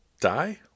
die